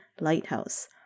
lighthouse